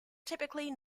typically